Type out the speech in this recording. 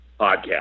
podcast